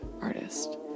artist